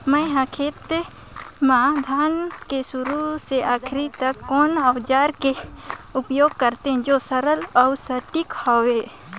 मै हर खेती म धान के शुरू से आखिरी तक कोन औजार के उपयोग करते जो सरल अउ सटीक हवे?